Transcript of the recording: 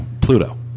Pluto